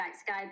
sky